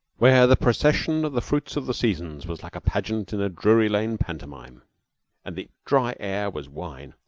where the procession of the fruits of the seasons was like a pageant in a drury lane pantomime and the dry air was wine,